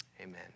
Amen